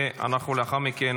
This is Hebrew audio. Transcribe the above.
ולאחר מכן